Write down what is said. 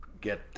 get